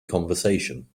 conversation